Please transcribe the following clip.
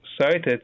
cited